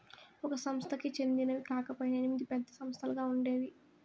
ఒక సంస్థకి చెందినవి కాకపొయినా ఎనిమిది పెద్ద సంస్థలుగా ఉండేవి